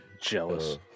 jealous